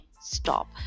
stop